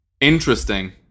Interesting